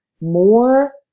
more